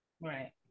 right